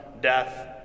death